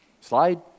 Slide